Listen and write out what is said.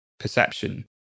perception